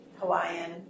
Hawaiian